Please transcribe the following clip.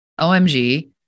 OMG